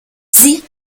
sie